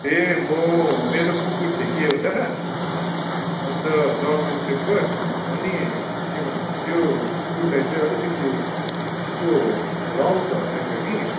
ए म मेरो कुकुर थियो कि एउटा अन्त जर्मन सेपर्ड अनि के भन्छ त्यो कुकुरलाई चाहिँ अलिकति उसको रौँ झर्दैछ कि